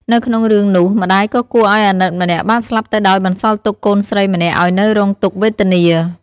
នៅក្នុងរឿងនោះ ម្តាយដ៏គួរឱ្យអាណិតម្នាក់បានស្លាប់ទៅដោយបន្សល់ទុកកូនស្រីម្នាក់ឱ្យនៅរងទុក្ខវេទនា។